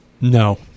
No